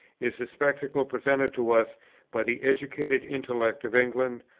is the spectacle presented to us by the educated intellect of england,